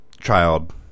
child